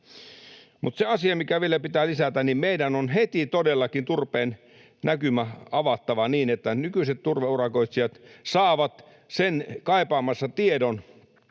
Mutta se asia, mikä vielä pitää lisätä: Meidän on heti todellakin turpeen näkymä avattava niin, että nykyiset turveurakoitsijat saavat sen kaipaamansa tiedon,